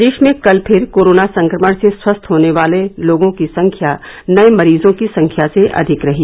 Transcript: प्रदेश में कल फिर कोरोना संक्रमण से स्वस्थ होने वाले लोगों की संख्या नए मरीजों की संख्या से अधिक रही